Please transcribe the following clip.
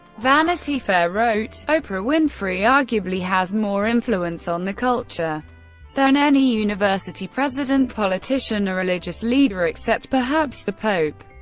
vanity fair wrote oprah winfrey arguably has more influence on the culture than any university president, politician, or religious leader, except perhaps the pope.